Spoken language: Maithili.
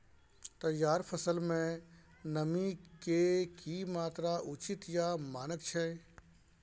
तैयार फसल में नमी के की मात्रा उचित या मानक छै?